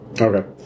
Okay